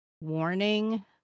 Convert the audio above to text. warning